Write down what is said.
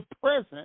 present